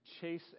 chase